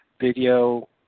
video